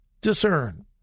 discern